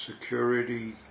Security